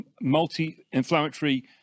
multi-inflammatory